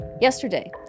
Yesterday